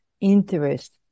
interest